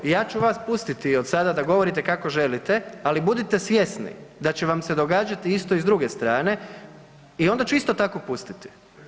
Dobro, ja ću vas pustiti od sada da govorite kako želite, ali budite svjesni da će vam se događati isto i s druge strane i ona ću isto tako pustiti.